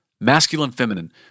Masculine-feminine